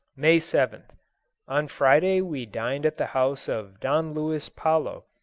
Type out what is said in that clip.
may seventh on friday we dined at the house of don luis palo,